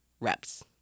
reps